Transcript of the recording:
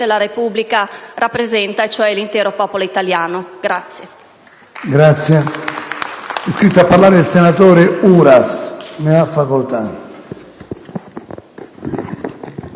della Repubblica rappresenta, cioè l'intero popolo italiano.